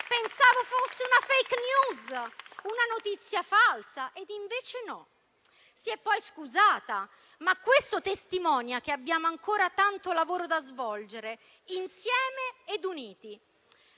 Pensavo fosse una *fake news*, una notizia falsa, ed invece no. Si è poi scusata, ma questo testimonia che abbiamo ancora tanto lavoro da svolgere, insieme ed uniti.